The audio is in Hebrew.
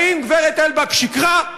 האם גברת אלבק שיקרה?